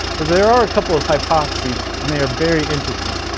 but there are a couple of hypotheses and they are very interesting.